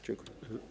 Dziękuję.